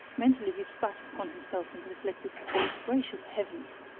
mentally he spat upon himself and reflected gracious heavens!